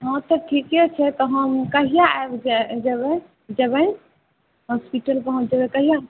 हँ तऽ ठीके छै तऽ हम कहिआ आबि जेबै जेबै हॉस्पिटल पहुँच जेबै कहिआ